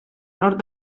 nord